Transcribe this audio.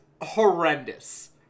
horrendous